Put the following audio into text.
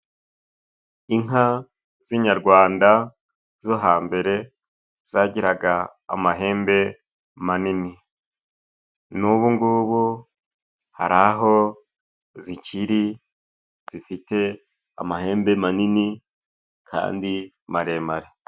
Inka z'inyarwanda zo hambere zagiraga amahembe manini. N'ubugubu hari aho zikiri, zifite amahembe manini kandi maremare.